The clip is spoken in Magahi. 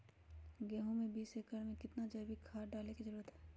गेंहू में बीस एकर में कितना जैविक खाद डाले के जरूरत है?